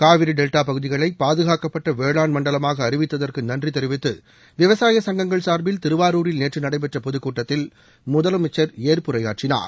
Kaveri delta பகுதிகளை பாதுகாக்கப்பட்ட வேளாண் மண்டலமாக அறிவித்ததற்கு நன்றி தெரிவித்து விவசாய சங்கங்கள் சார்பில் திருவாரூரில் நேற்று நடைபெற்ற பொதுக் கூட்டத்தில் முதலமைச்சர் ஏற்புரையாற்றினார்